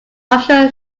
official